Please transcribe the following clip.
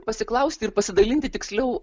pasiklausti ir pasidalinti tiksliau